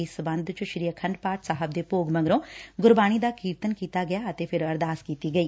ਇਸ ਸਬੰਧ ਚ ਸ੍ਰੀ ਆਖੰਡ ਪਾਠ ਸਾਹਿਬ ਦੇ ਭੋਗ ਮਗਰੋ ਗੁਰਬਾਣੀ ਦਾ ਕੀਰਤਨ ਕੀਤਾ ਗਿਆ ਅਤੇ ਫਿਰ ਅਰਦਾਸ ਕੀਤੀ ਗਈ